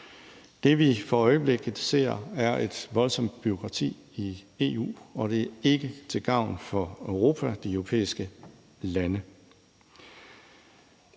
Det, vi for øjeblikket ser, er et voldsomt bureaukrati i EU, og det er ikke til gavn for Europa og de europæiske lande.